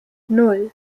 nan